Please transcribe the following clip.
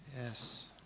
Yes